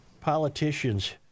politicians